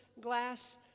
glass